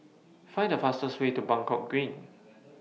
Find The fastest Way to Buangkok Green